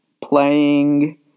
playing